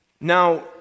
Now